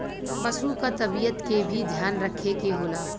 पसु क तबियत के भी ध्यान रखे के होला